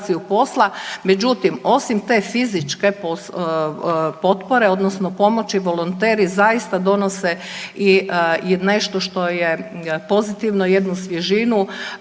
međutim, osim te fizičke potpore, odnosno pomoći, volonteri zaista donose i nešto što je pozitivno, jednu svježinu